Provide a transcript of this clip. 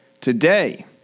today